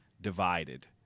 divided